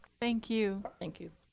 thank you. thank you.